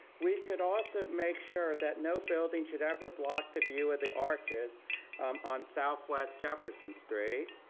we could also make sure that no building should ever block the view of the arches on southwest jefferson street.